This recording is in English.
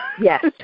Yes